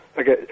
Okay